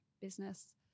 business